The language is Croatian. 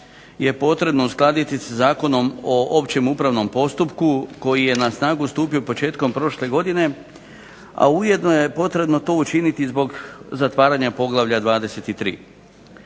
je potrebno uskladiti sa Zakonom o općem upravnom postupku koji je na snagu stupio početkom prošle godine, a ujedno je potrebno to učiniti zbog zatvaranja poglavlja 23.